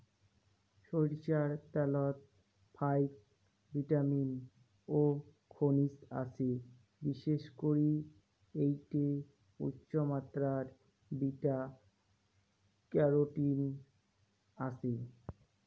সইরষার ত্যালত ফাইক ভিটামিন ও খনিজ আছে, বিশেষ করি এ্যাইটে উচ্চমাত্রার বিটা ক্যারোটিন আছে